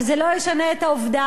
אבל זה לא ישנה את העובדה,